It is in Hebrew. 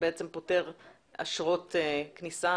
מה שפוטר אשרות כניסה